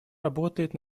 работает